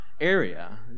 area